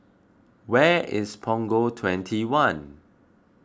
where is Punggol twenty one